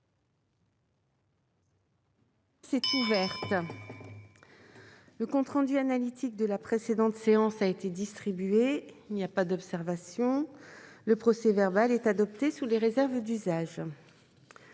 est ouverte. Le compte rendu analytique de la précédente séance a été distribué. Il n'y a pas d'observation ?... Le procès-verbal est adopté sous les réserves d'usage.